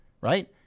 Right